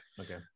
okay